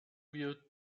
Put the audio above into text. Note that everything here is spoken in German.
wir